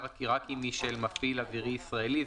רק אם מי שמעפיל הוא מפעיל אווירי ישראלי,